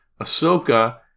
Ahsoka